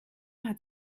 hat